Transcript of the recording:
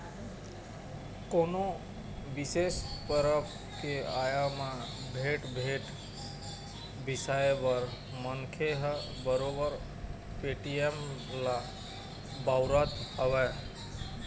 कोनो बिसेस परब के आय म भेंट, भेंट बिसाए बर मनखे ह बरोबर पेटीएम ल बउरत हवय